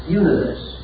universe